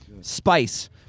spice